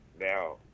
now